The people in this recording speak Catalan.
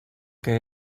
que